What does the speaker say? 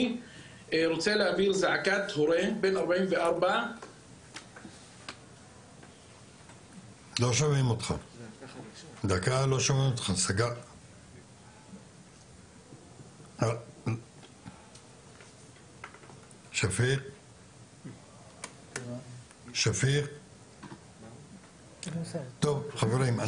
אני רוצה להעביר זעקת הורה בן 44. טוב חברים,